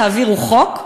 תעבירו חוק,